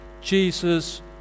Jesus